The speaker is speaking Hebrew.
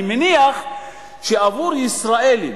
אני מניח שעבור ישראלים